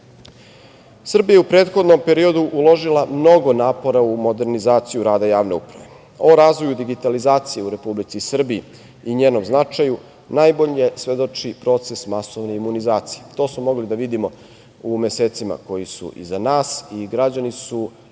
je u prethodnom periodu uložila mnogo napora u modernizaciju rada javne uprave. O razvoju digitalizacije u Republici Srbiji i njenom značaju najbolje svedoči proces masovne imunizacije. To smo mogli da vidimo u mesecima koji su iza nas i građani su